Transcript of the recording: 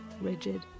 Rigid